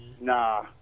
Nah